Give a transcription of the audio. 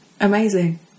amazing